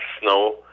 snow